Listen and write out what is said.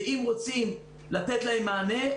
ואם רוצים לתת להם מענה,